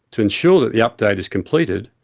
to ensure that the update is completed,